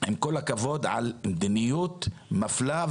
עם כל הכבוד, על מדיניות מפלה.